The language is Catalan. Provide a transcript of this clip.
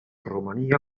romania